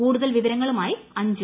കൂടുതൽ വിവരങ്ങളുമായി അഞ്ജു